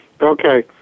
Okay